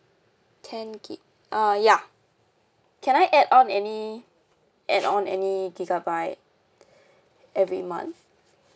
ten gig uh ya can I add on any add on any gigabyte every month